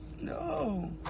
No